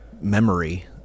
memory